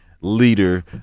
leader